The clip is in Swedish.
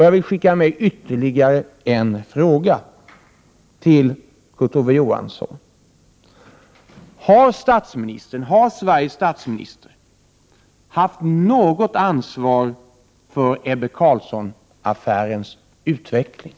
Jag vill skicka med ytterligare en fråga till Kurt Ove Johansson: Har Sveriges statsminister haft något ansvar för Ebbe Carlsson-affärens utveckling?